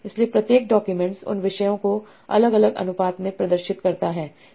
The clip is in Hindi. इसलिए प्रत्येक डॉक्यूमेंट्स उन विषयों को अलग अलग अनुपात में प्रदर्शित करता है